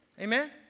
Amen